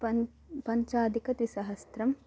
पञ्च पञ्चाधिकद्विसहस्त्रं